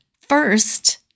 first